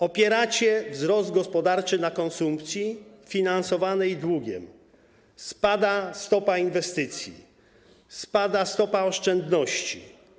Opieracie wzrost gospodarczy na konsumpcji finansowanej długiem, spada stopa inwestycji, spada stopa oszczędności.